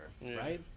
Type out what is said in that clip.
Right